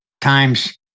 times